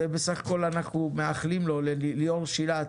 ואנחנו בסך הכל מאחלים לליאור שילת,